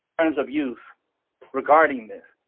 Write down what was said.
terms of use regarding this.